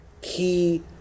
key